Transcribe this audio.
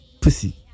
pussy